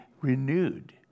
renewed